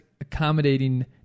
accommodating